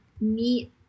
meet